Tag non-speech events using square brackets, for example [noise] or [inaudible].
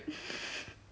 [laughs]